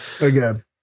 Again